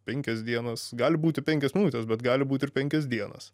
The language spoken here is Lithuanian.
penkias dienas gali būti penkias minutes bet gali būti ir penkias dienas